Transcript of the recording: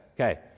Okay